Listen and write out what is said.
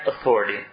authority